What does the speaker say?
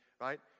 Right